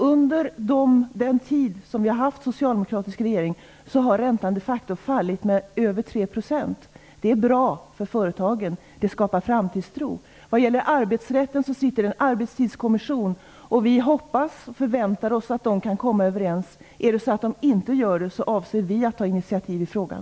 Under den tid som vi har haft socialdemokratisk regering har räntan de facto fallit med över tre procent. Det är bra för företagen. Det skapar framtidstro. Vad gäller arbetsrätten arbetar en Arbetstidskommission, som vi hoppas och förväntar oss skall komma överens. Om de inte gör det, avser vi att ta initiativ i frågan.